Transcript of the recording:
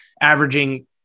averaging